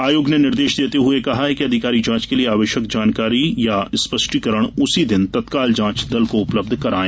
आयोग ने निर्देश देते हुए कहा कि अधिकारी जांच के लिये आवश्यक जानकारी या स्पष्टीकरण उसी दिन तत्काल जांच दल को उपलब्ध कराये